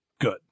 Good